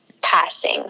passing